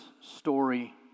story